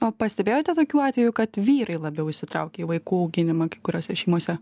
o pastebėjote tokių atvejų kad vyrai labiau įsitraukia į vaikų auginimą kai kuriose šeimose